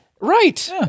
Right